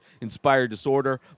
inspireddisorder